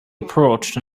approached